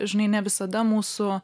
žinai ne visada mūsų